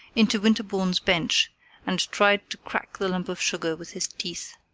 into winterbourne's bench and tried to crack the lump of sugar with his teeth.